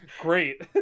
great